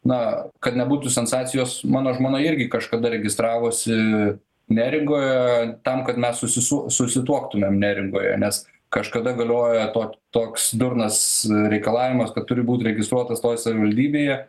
na kad nebūtų sensacijos mano žmona irgi kažkada registravosi neringoje tam kad mes susisu susituoktumėm neringoje nes kažkada galiojo tok toks durnas reikalavimas kad turi būti registruotas toj savivaldybėje